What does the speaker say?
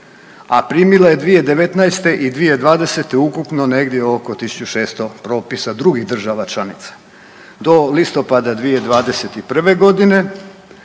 a primila je 2019. i 2020. ukupno negdje oko 1.600 propisa drugih država članica. Do listopada 2021. godine